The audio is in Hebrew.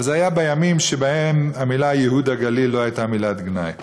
אבל זה היה בימים שבהם המילה "ייהוד" הגליל לא הייתה מילת גנאי.